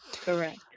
Correct